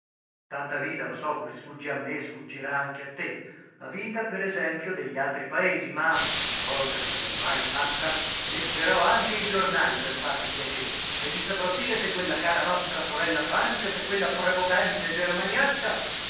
tanta vita lo so come sfugge a me sfuggirà anche a te la vita per esempio degli altri paesi ma cosa che non ho mai fatta leggerò anche i giornali per farti piacere e ti saprò dire se quella cara nostra sorella francia se quella prepotente